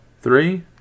Three